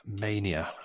mania